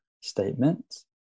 statements